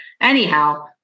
Anyhow